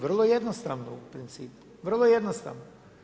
Vrlo jednostavno u principu, vrlo jednostavno.